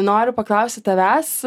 noriu paklausti tavęs